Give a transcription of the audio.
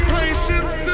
patience